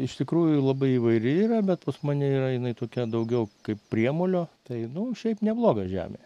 iš tikrųjų labai įvairi yra bet pas mane yra jinai tokia daugiau kaip priemolio tai nu šiaip nebloga žemė